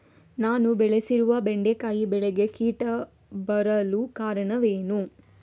ನಾನು ಬೆಳೆಸಿರುವ ಬೆಂಡೆಕಾಯಿ ಬೆಳೆಗೆ ಕೀಟ ಬರಲು ಕಾರಣವೇನು?